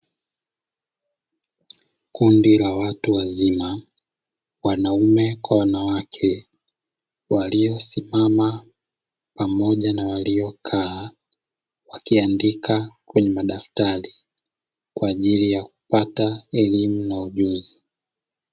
Meza zilizotengenezwa kwa mbao na mabomba ya chuma. Ikiwa ndani ya chumba cha mabara chenye madilisha kwa ajili ya wanafunzi wa sekondari. Kujifunza kwa vitendo ili wapate elimu na ujuzi.